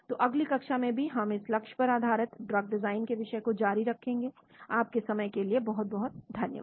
तो अगली कक्षा में भी हम इस लक्ष्य पर आधारित ड्रग डिजाइन के विषय को जारी रखेंगे आपके समय के लिए बहुत बहुत धन्यवाद